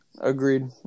Agreed